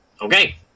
Okay